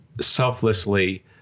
selflessly